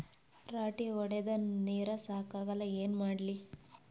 ರಾಟಿ ಹೊಡದ ನೀರ ಸಾಕಾಗಲ್ಲ ಏನ ಮಾಡ್ಲಿ?